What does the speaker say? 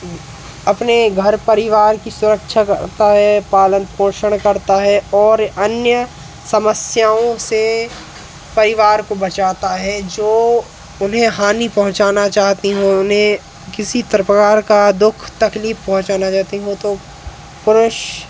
अपने घर परिवार की सुरक्षा करता है पालन पोषण करता है और अन्य समस्याओं से परिवार को बचाता है जो उन्हें हानि पहुँचाना चाहती हों उन्हें किसी प्रकार का दुख तकलीफ पहुँचाना चाहती हों तो पुरुष